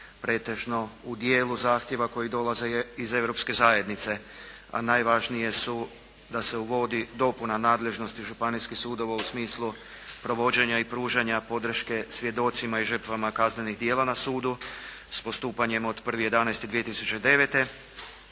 pretežno u dijelu zahtjeva koji dolaze iz Europske zajednice, a najvažnije su da se uvodi dopuna nadležnosti županijskih sudova u smislu provođenja i pružanja podrške svjedocima i žrtvama kaznenih djela na sudu s postupanjem od 1.11.2009.